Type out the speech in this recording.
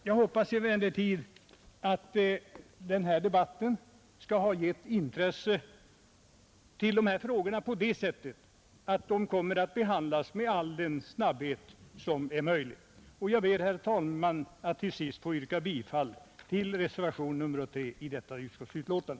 Jag hoppas emellertid att denna debatt skall ha väckt intresse för dessa frågor på det sättet att de kommer att behandlas med all den snabbhet som är möjlig, och jag ber, herr talman, att till sist få yrka bifall till reservationen 3 vid detta utskottsbetänkande.